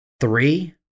three